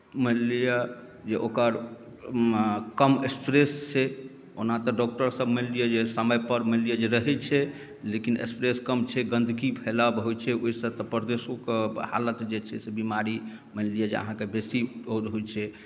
मानि लिअ जे ओकर कम स्पेस छै ओना तऽ डॉक्टरसभ मानि लिअ जे समयपर मानि लिअ जे रहैत छै लेकिन स्पेस कम छै गंदगी फैलाव बहुत छै ओहिसँ तऽ प्रदेशोके हालत जे छै से बीमारी मानि लिअ जे अहाँके बेसीतर होइत छै